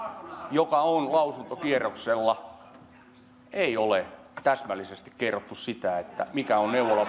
joka on lausuntokierroksella ei ole täsmällisesti kerrottu mikä on neuvolapalvelujen tulevaisuus